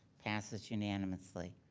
passes unanimously.